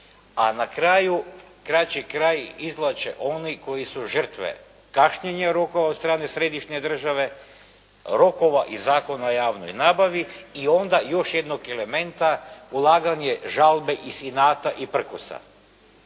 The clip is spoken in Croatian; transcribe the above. a na kraju kraći kraj izvlače oni koji su žrtve kašnjenja rokova od strane središnje države, rokova i Zakona o javnoj nabavi i onda još jednog elementa ulaganje žalbe iz inata i prkosa.